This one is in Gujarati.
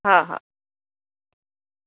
હા હા